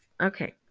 Okay